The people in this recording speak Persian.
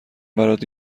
برات